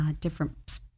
different